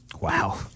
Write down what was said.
Wow